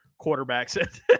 quarterbacks